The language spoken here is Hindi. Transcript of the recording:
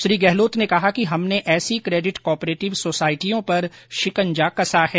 उन्होंने कहा कि हमने ऐसी केडिट को ऑपरेटिव सोसायटियों पर शिकंजा कसा है